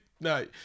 no